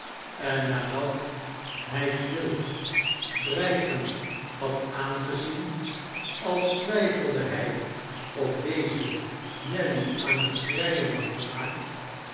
en nadat hij quilp dreigend had aangezien als twijfelde hij of deze nelly aan het schreien had gemaakt